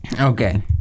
Okay